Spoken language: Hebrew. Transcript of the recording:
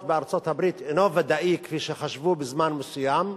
בארצות-הברית אינו ודאי כפי שחשבו בזמן מסוים,